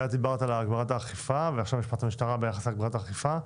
את דיברת על הגברת האכיפה ועכשיו נשמע את המשטרה ביחס להגברת האכיפה,